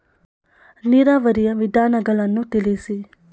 ನೀರಾವರಿಯ ವಿಧಾನಗಳನ್ನು ತಿಳಿಸಿ?